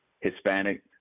Hispanic